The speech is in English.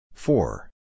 Four